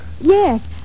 Yes